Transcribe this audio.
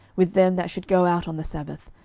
with them that should go out on the sabbath,